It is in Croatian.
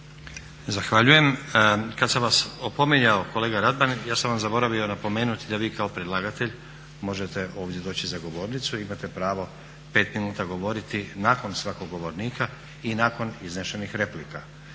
Zahvaljujem. Kad sam vas opominjao kolega Radman ja sam vam zaboravio napomenuti da vi kao predlagatelj možete ovdje doći za govornicu, imate pravo 5 minuta govoriti nakon svakog govornika i nakon iznesenih replika.